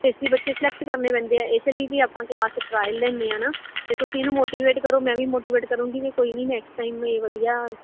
ਇਸ ਲਈ ਬੱਚੇ ਸਲੈਕਟ ਕਰਨੇ ਪੈਂਦੇ ਆ ਇਸ ਲਈ ਵੀ ਆਪਾਂ ਕਲਾਸ ਟਰਾਇਲ ਲੈਂਦੇ ਹਾਂ ਨਾ ਅਤੇ ਤੁਸੀਂ ਇਹਨੂੰ ਮੋਟੀਵੇਟ ਕਰੋ ਮੈਂ ਵੀ ਮੋਟੀਵੇਟ ਕਰੂੰਗੀ ਬਈ ਕੋਈ ਨਹੀਂ ਨੈਕਸਟ ਟਾਈਮ ਇਹ ਵਧੀਆ